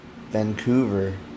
Vancouver